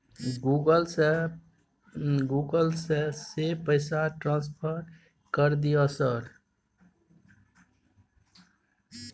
Google से से पैसा ट्रांसफर कर दिय सर?